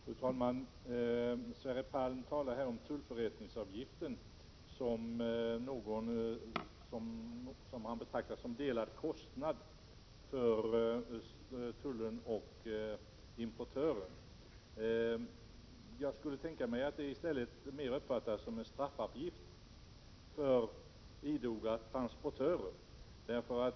Fru talman! Sverre Palm talar om tullförättningsavgiften som en delad kostnad för tullen och importören. Jag skulle tänka mig att den mer uppfattas som en straffavgift för idoga transportörer.